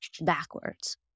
backwards